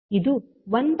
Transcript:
ಇದು 1 V ಆಗಿರುತ್ತದೆ